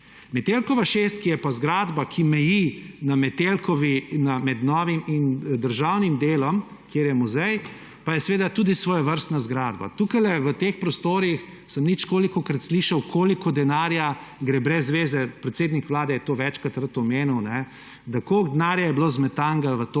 Metelkova 6, ki je pa zgradba, ki meji med novim in državnim delom, kjer je muzej, pa je seveda tudi svojevrstna zgradba. Tukaj, v teh prostorih sem ničkolikokrat slišal, koliko denarja gre brez zveze. Predsednik Vlade je to večkrat rad omenil, da koliko denarja je bilo zmetanega v to